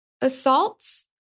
assaults